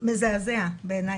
מזעזע בעייני.